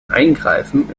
eingreifen